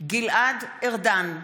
גלעד ארדן,